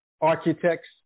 architects